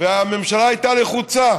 הממשלה הייתה לחוצה